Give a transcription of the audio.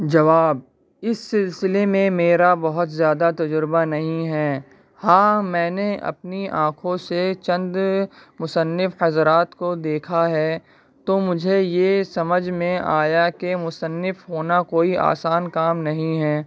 جناب اس سلسلے میں میرا بہت زیادہ تجربہ نہیں ہے ہاں میں نے اپنی آنکھوں سے چند مصنف حضرات کو دیکھا ہے تو مجھے یہ سمجھ میں آیا کہ مصنف ہونا کوئی آسان کام نہیں ہے